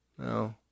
no